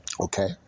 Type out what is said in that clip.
Okay